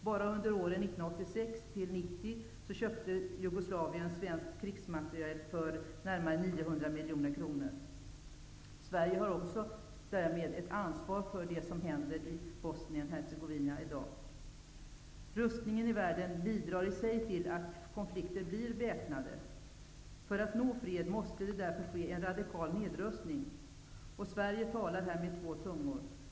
Bara under åren 1986--1990 köpte miljoner kronor. Sverige har därmed också ett ansvar för det som händer i Bosnien-Hercegovina i dag. Rustningen i världen bidrar i sig till att konflikter blir väpnade. För att nå fred måste det därför ske en radikal nedrustning. Sverige talar i detta samanhang med två tungor.